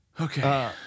Okay